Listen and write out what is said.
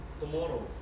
tomorrow